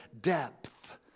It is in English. depth